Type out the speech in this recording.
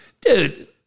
dude